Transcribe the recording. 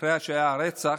אחרי הרצח.